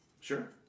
Sure